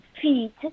feet